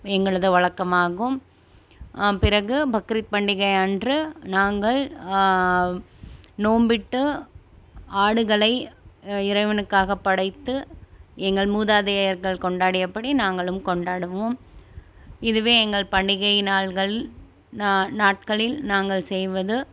எங்களது வழக்கமாகும் பிறகு பக்ரீத் பண்டிகை அன்று நாங்கள் நோம்பிட்டு ஆடுகளை இறைவனுக்காக படைத்து எங்கள் மூதாதையர்கள் கொண்டாடிய படி நாங்களும் கொண்டாடுவோம் இதுவே எங்கள் பண்டிகை நாள்கள் நா நாட்களில் நாங்கள் செய்வது